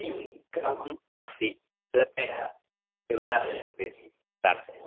किं क्रमम् अस्ति कृपया विवारं प्रापयामि